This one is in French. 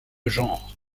genre